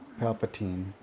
Palpatine